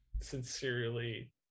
sincerely